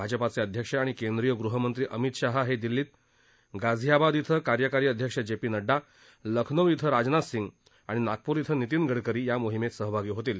भाजपाचे अध्यक्ष आणि गृहमंत्री अमित शहा हे दिल्लीत गाझियाबाद कार्यकारी अध्यक्ष जे पी नड्डा लखनौ इथं राजनाथ सिंग आणि नागपूर इथं नितीन गडकरी या मोहिमेत सहभागी होतील